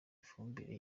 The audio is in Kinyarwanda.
ifumbire